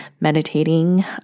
meditating